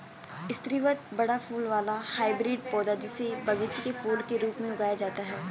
स्रीवत बड़ा फूल वाला हाइब्रिड पौधा, जिसे बगीचे के फूल के रूप में उगाया जाता है